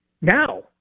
Now